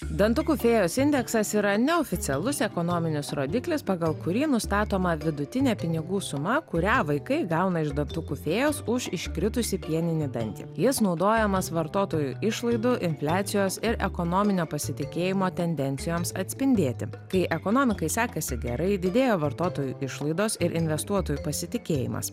dantukų fėjos indeksas yra neoficialus ekonominis rodiklis pagal kurį nustatoma vidutinė pinigų suma kurią vaikai gauna iš dantukų fėjos už iškritusį pieninį dantį jis naudojamas vartotojų išlaidų infliacijos ir ekonominio pasitikėjimo tendencijoms atspindėti kai ekonomikai sekasi gerai didėja vartotojų išlaidos ir investuotojų pasitikėjimas